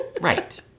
Right